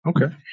Okay